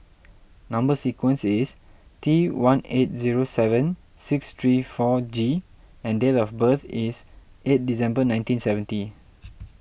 Number Sequence is T one eight zero seven six three four G and date of birth is eight December nineteen seventy